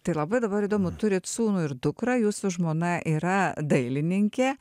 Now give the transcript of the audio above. tai labai dabar įdomu turit sūnų ir dukrą jūsų žmona yra dailininkė